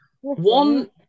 One